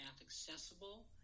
accessible